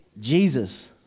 Jesus